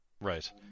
Right